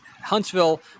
Huntsville